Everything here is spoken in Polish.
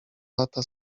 lata